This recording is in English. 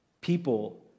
people